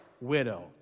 widow